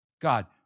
god